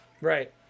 Right